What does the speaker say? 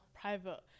Private